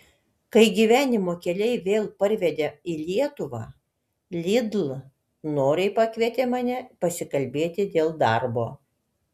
kai gyvenimo keliai vėl parvedė į lietuvą lidl noriai pakvietė mane pasikalbėti dėl darbo